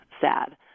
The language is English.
sad